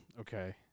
Okay